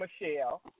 Michelle